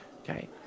Okay